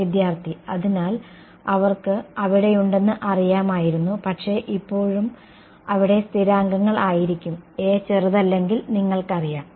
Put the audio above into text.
വിദ്യാർത്ഥി അതിനാൽ അവർക്ക് അവിടെയുണ്ടെന്ന് അറിയാമായിരുന്നു പക്ഷേ ഇപ്പോഴും അവിടെ സ്ഥിരാങ്കങ്ങൾ ആയിരിക്കും a ചെറുതല്ലെങ്കിൽ നിങ്ങൾക്കറിയാം